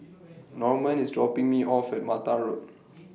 Normand IS dropping Me off At Mattar Road